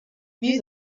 wie